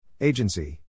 Agency